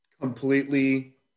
completely